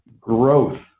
growth